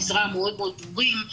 זאת אומרת,